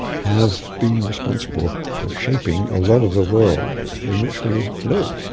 have been responsible for shaping a lot of the world in which we live.